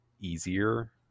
easier